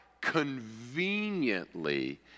conveniently